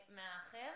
מהאחר.